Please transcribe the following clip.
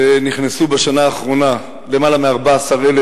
בשנה האחרונה נכנסו למעלה מ-14,000